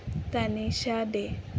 Tanisha De